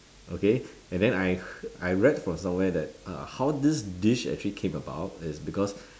okay and then I hear~ I read from somewhere that uh how this dish actually came about is because